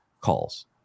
calls